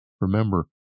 Remember